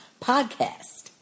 podcast